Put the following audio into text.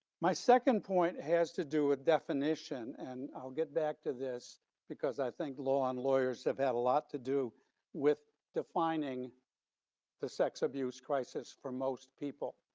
my second point has to do with definition. and i'll get back to this because i think law on lawyers have have a lot to do with defining the sex abuse crisis for most people,